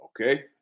Okay